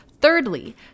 Thirdly